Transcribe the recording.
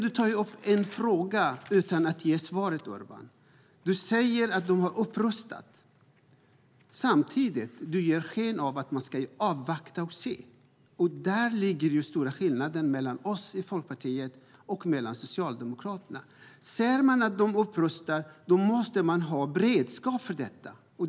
Du tar upp en fråga utan att ge svar, Urban. Du säger att Ryssland har upprustat. Samtidigt anser du att man ska avvakta och se. Där ligger den stora skillnaden mellan Folkpartiet och Socialdemokraterna. Ser vi att de upprustar måste vi ha beredskap för detta.